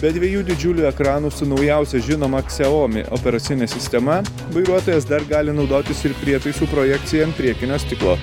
be dviejų didžiulių ekranų su naujausia žinoma xiaomi operacine sistema vairuotojas dar gali naudotis ir prietaisų projekcija ant priekinio stiklo